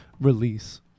Release